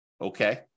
Okay